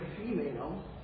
female